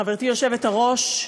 חברתי היושבת-ראש,